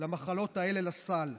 למחלות האלה לסל.